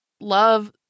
love